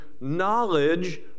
knowledge